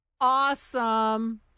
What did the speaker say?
Awesome